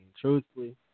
truthfully